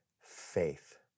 faith